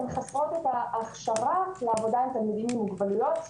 הן חסרות הכשרה לעבודה עם תלמידים עם מוגבלויות,